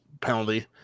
penalty